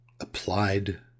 Applied